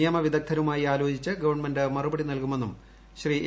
നിയമവിദഗ്ദ്ധരുമായി ആലോചിച്ച് ഗവൺമെന്റ് മറുപടി നൽകുമെന്നും മന്ത്രി എ